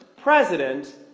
president